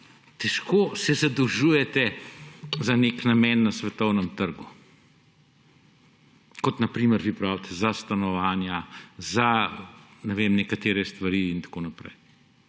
težko se zadolžujete za nek namen na svetovnem trgu, kot na primer, vi pravite za stanovanja, za nekatere stvari in tako naprej.